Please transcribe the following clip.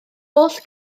holl